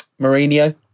Mourinho